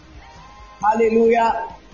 hallelujah